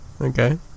Okay